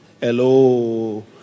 Hello